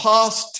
Past